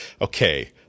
okay